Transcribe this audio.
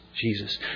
Jesus